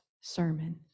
sermon